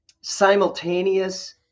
simultaneous